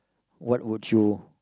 what would you